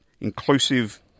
inclusive